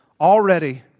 already